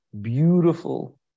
beautiful